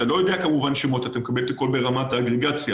הוא לא מקבל שמות כמובן, אלא רק ברמת האגרגציה.